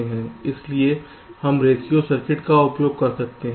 इसलिए हम ratio circuit का उपयोग कर सकते हैं